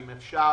אם אפשר,